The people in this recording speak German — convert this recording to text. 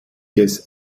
des